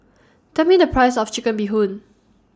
Tell Me The Price of Chicken Bee Hoon